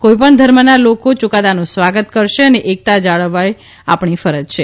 કોઇપણ ધર્મના લોકો યુકાદાનું સ્વાગત કરશે અને એકતા જાળવવી આપણી ફરજ છે